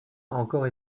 encore